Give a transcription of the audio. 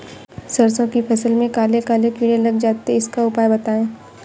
सरसो की फसल में काले काले कीड़े लग जाते इसका उपाय बताएं?